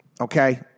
okay